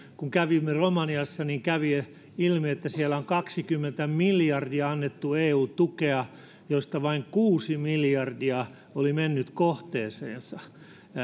kun kävimme romaniassa niin kävi ilmi että siellä on kaksikymmentä miljardia annettu eu tukea josta vain kuusi miljardia oli mennyt kohteeseensa